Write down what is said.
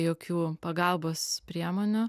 jokių pagalbos priemonių